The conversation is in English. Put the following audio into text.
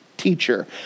Teacher